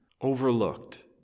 overlooked